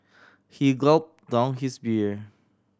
he gulp down his beer